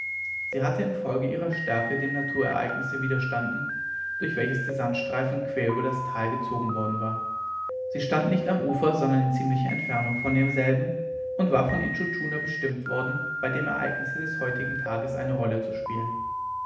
sie hatte infolge ihrer stärke dem naturereignisse widerstanden durch welches der sandstreifen quer über das tal gezogen worden war sie stand nicht am ufer sondern in ziemlicher entfernung von demselben und war von intschu tschuna bestimmt worden bei dem ereignisse des heutigen tages eine rolle zu spielen